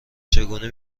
چگونه